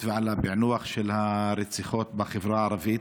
והפיענוח של הרציחות בחברה הערבית.